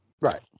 Right